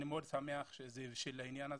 אני מאוד שמח שזה הבשיל לעניין הזה.